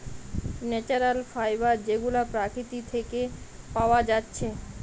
natural fibre যেগুলা প্রকৃতি থিকে পায়া যাচ্ছে